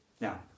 Now